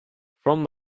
from